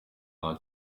nta